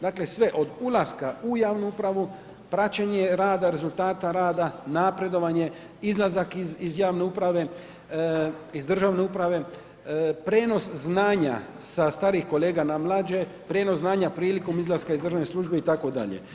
Dakle, sve od ulaska u javnu upravu, praćenje rada, rezultata rada, napredovanje, izlazak iz javne uprave iz državne uprave, prijenos znanja sa starijih kolega na mlađe, prijenos znanja prilikom izlaska iz državne službe itd.